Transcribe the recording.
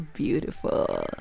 beautiful